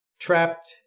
trapped